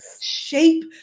shape